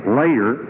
later